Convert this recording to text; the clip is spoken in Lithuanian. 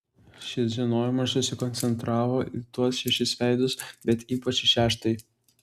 šis žinojimas susikoncentravo į tuos šešis veidus bet ypač į šeštąjį